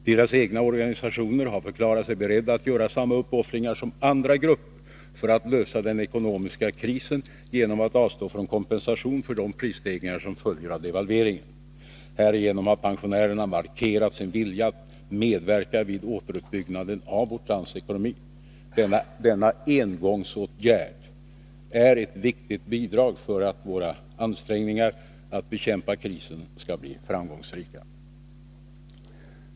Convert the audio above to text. Deras egna organisationer har förklarat sig beredda att göra samma uppoffringar som andra grupper för att lösa den ekonomiska krisen genom att avstå från kompensation för de prisstegringar som följer av devalveringen. Härigenom har pensionärerna markerat sin vilja att medverka vid återuppbyggnaden av vårt lands ekonomi. Denna engångsåtgärd är ett viktigt bidrag för att våra ansträngningar att bekämpa krisen skall bli framgångsrika.